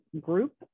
group